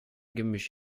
gemisch